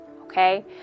Okay